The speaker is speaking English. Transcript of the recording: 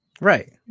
Right